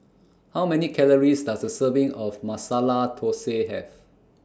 How Many Calories Does A Serving of Masala Thosai Have